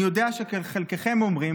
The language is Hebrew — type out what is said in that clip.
אני יודע שחלקכם אומרים,